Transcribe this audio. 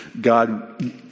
God